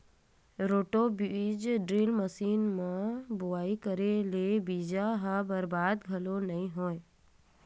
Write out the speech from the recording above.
roto बीज drill machine म बोवई करे ले बीजा ह बरबाद घलोक नइ होवय